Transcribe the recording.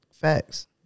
Facts